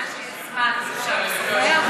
מבינה שיש זמן, אז אפשר לשוחח איתך.